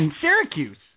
Syracuse